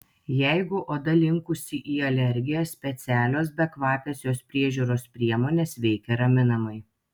jeigu oda linkusi į alergiją specialios bekvapės jos priežiūros priemonės veikia raminamai